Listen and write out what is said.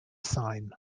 sign